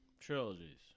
trilogies